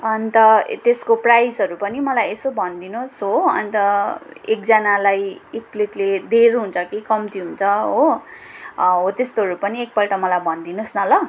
अन्त त्यसको प्राइसहरू पनि मलाई एसो भन्दिदिनोस् हो अन्त एकजनालाई एक प्लेटले धेर हुन्छ कि कम्ति हुन्छ हो हो तेस्तोहरू पनि एकपल्ट मलाई भन्दिनोस् न ल